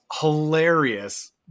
hilarious